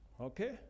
Okay